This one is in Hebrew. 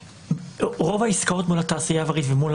רוב העסקאות מול התעשייה האווירית ומול